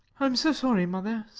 i am so sorry, mother.